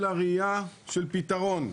אלא ראיה של פתרון.